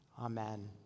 Amen